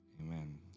Amen